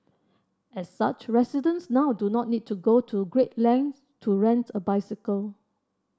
as such residents now do not need to go to great lengths to rent a bicycle